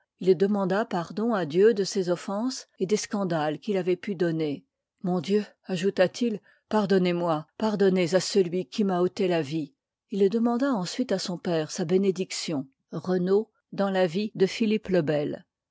il demanda pardon à dieu de ses offenses et des scandales qu'il avoit pu donner mon dieu ajouta-t-il paidonnez moi pardonnez à celui qui m'a ôté la vie î il demanda ensuite à son père sa bénédiction lors le